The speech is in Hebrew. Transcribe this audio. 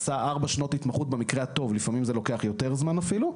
עשה ארבע שנות התמחות במקרה הטוב לפעמים זה לוקח יותר זמן אפילו,